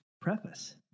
preface